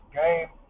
game